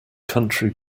country